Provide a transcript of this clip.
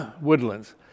woodlands